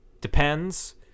Depends